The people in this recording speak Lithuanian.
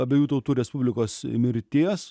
abiejų tautų respublikos mirties